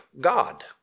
God